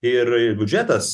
ir ir biudžetas